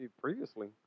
previously